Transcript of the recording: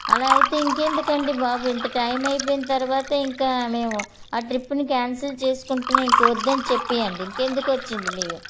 అలా అయితే ఇంకెందుకండి బాబు ఇంత టైం అయిపోయిన తర్వాత ఇంకా మేము ఆ ట్రిప్పుని క్యాన్సల్ చేసుకుంటున్నాం ఇంక వద్దని చెప్పేయండి ఇంకెందుకొచ్చింది మీకు